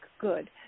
good